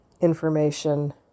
information